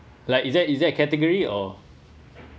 like is there is there a category or